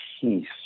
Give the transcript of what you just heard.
peace